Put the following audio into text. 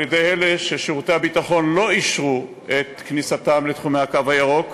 על-ידי אלה ששירותי הביטחון לא אישרו את כניסתם לתחומי הקו הירוק,